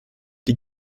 die